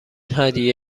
هدیه